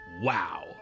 Wow